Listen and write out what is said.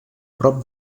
prop